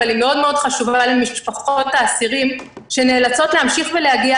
אבל היא מאוד מאוד חשובה למשפחות האסירים שנאלצות להמשיך להגיע